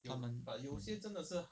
他们 mm